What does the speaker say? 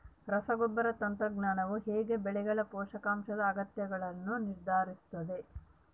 ರಸಗೊಬ್ಬರ ತಂತ್ರಜ್ಞಾನವು ಹೇಗೆ ಬೆಳೆಗಳ ಪೋಷಕಾಂಶದ ಅಗತ್ಯಗಳನ್ನು ನಿರ್ಧರಿಸುತ್ತದೆ?